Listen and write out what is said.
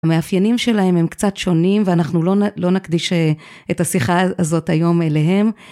המאפיינים שלהם הם קצת שונים ואנחנו לא נקדיש את השיחה הזאת היום אליהם.